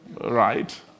right